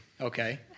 Okay